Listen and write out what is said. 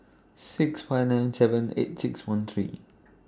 six five nine seven eight six one three